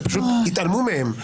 שפשוט התעלמו מהם,